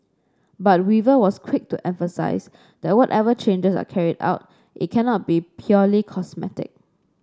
but Weaver was quick to emphasise that whatever changes are carried out it cannot be purely cosmetic